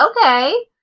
okay